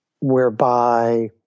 whereby